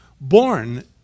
born